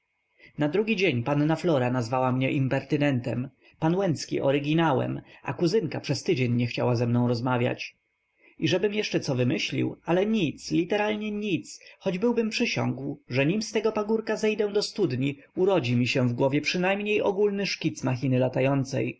na drugi dzień panna flora nazwała mnie impertynentem pan łęcki oryginałem a kuzynka przez tydzień nie chciała ze mną rozmawiać i żebym jeszcze co wymyślił ale nic literalnie nic choć byłbym przysiągł że nim z tego pagórka zejdę do studni urodzi mi się w głowie przynajmniej ogólny szkic machiny latającej